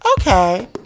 Okay